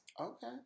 Okay